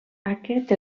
aquest